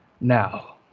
Now